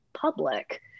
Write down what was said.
public